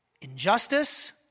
injustice